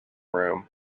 room